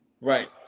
Right